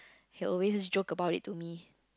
he will always joke about it to me